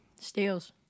Steals